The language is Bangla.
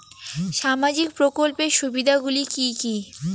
সামাজিক প্রকল্পের সুবিধাগুলি কি কি?